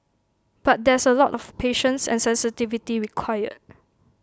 but there's A lot of patience and sensitivity required